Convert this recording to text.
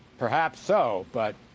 perhaps so, but